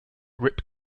rip